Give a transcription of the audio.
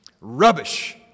Rubbish